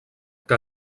que